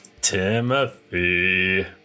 Timothy